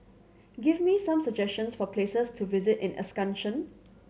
give me some suggestions for places to visit in Asuncion